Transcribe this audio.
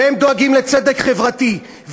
והם דואגים לצדק חברתי,